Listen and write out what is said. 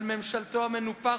על ממשלתו המנופחת,